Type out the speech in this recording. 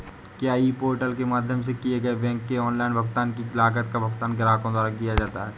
क्या e portal के माध्यम से किए गए बैंक के ऑनलाइन भुगतान की लागत का भुगतान ग्राहकों द्वारा किया जाता है?